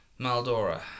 Maldora